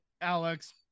Alex